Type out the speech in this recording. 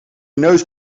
neus